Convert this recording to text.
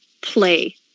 play